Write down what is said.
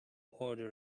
order